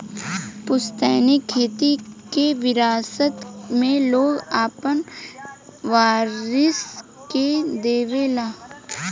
पुस्तैनी खेत के विरासत मे लोग आपन वारिस के देवे ला